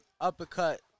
uppercut